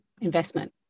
investment